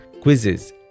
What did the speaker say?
quizzes